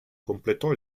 completò